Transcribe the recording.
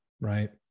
Right